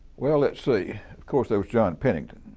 well, let's say, of course there was john pennington,